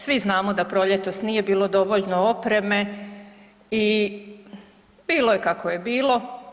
Svi znamo da proljetos nije bilo dovoljno opreme i bilo je kako je bilo.